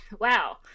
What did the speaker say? Wow